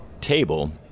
table